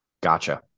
Gotcha